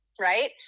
right